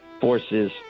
forces